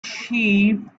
sheep